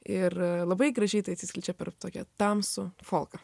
ir labai gražiai tai atsiskleidžia per tokią tamsų folką